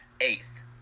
eighth